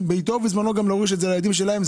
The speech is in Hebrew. בעיתו ובזמנו גם להוריש את זה לילדים שלהם.